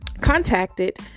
contacted